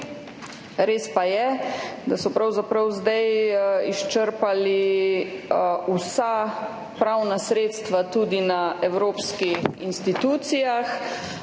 Res pa je, da so pravzaprav zdaj izčrpali vsa pravna sredstva tudi na evropskih institucijah.